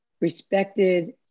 respected